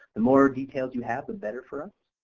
the more details you have the better for us.